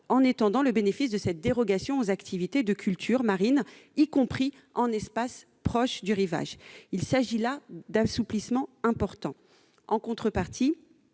en étendant le bénéfice de cette dérogation aux activités de culture marine, y compris dans les espaces proches du rivage. Il s'agit là d'assouplissements importants. En contrepartie,